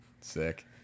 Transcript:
Sick